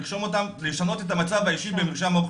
לרשום ולשנות את המצב האישי במרשם האוכלוסין,